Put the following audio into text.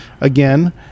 Again